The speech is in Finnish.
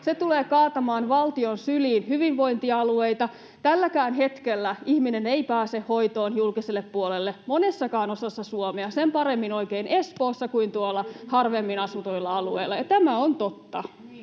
Se tulee kaatamaan valtion syliin hyvinvointialueita. Tälläkään hetkellä ihminen ei pääse hoitoon julkiselle puolelle monessakaan osassa Suomea, sen paremmin oikein Espoossa kuin tuolla harvemmin asutuilla alueilla. Ja tämä on totta.